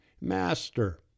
Master